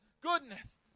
goodness